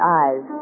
eyes